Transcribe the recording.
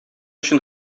өчен